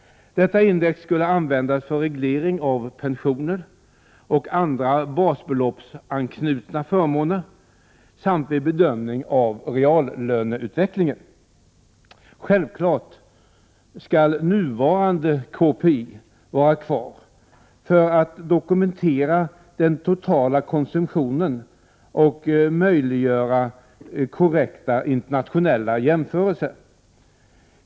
Detta index skall användas för reglering av pensioner och andra basbeloppsanknutna förmåner samt vid bedömningen av reallöneutvecklingen. Självfallet skall nuvarande KPI vara kvar för att dokumentera den totala konsumtionen och möjliggöra korrekta internationella jämförelser.